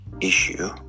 issue